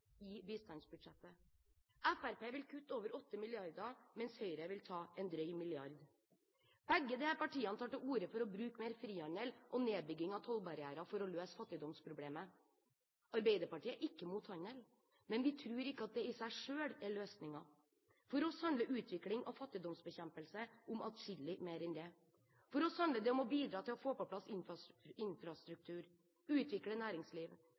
i bistandsbudsjettet. Fremskrittspartiet vil kutte over 8 mrd. kr, mens Høyre vil ta en drøy milliard. Begge disse partiene tar til ordet for å bruke mer frihandel og nedbygging av tollbarrierer for å løse fattigdomsproblemet. Arbeiderpartiet er ikke i mot handel, men vi tror ikke at det i seg selv er løsningen. For oss handler utvikling og fattigdomsbekjempelse om adskillig mer enn det. For oss handler det om å bidra til å få på plass infrastruktur og utvikle